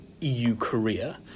EU-Korea